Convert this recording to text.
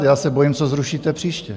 Já se bojím, co zrušíte příště.